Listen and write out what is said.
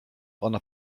ona